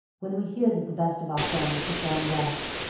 when we hear that the best of our friends have gone west,